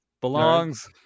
belongs